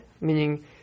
Meaning